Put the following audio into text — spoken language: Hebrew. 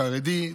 חרדי,